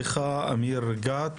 תודה רבה לך, אמיר גת.